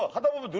i don't know.